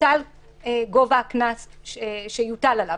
ייקבע גובה הקנס שיוטל עליו.